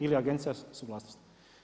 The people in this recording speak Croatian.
Ili agencija suglasnost.